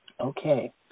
Okay